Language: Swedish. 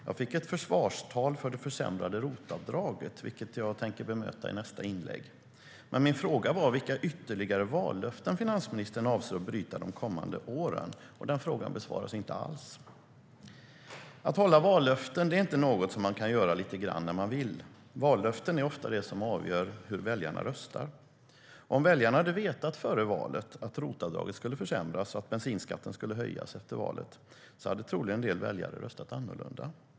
Jag fick ett försvarstal för det försämrade ROT-avdraget, vilket jag tänker bemöta i nästa inlägg. Min fråga var vilka ytterligare vallöften finansministern avser att bryta de kommande åren. Den frågan besvaras inte alls. Att hålla vallöften är inte något man kan göra lite grann när man vill. Vallöften är ofta det som avgör hur väljarna röstar. Om väljarna hade vetat före valet att ROT-avdraget skulle försämras och att bensinskatten skulle höjas efter valet så hade troligen en del väljare röstat annorlunda.